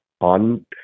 on